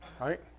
Right